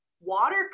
water